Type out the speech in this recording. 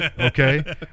okay